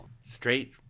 straight